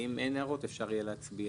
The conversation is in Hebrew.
ואם אין הערות אפשר יהיה להצביע.